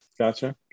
Gotcha